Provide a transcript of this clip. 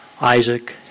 Isaac